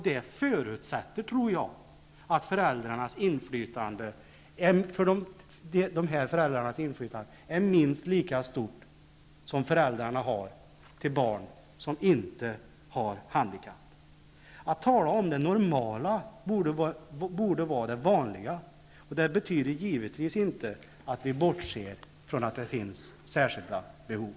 Det tror jag förutsätter att även dessa föräldrars inflytande är minst lika stort som det inflytande som föräldrarna till barn utan handikapp har. Att tala om det normala borde vara det vanliga. Det betyder givetvis inte att vi borser från särskilda behov.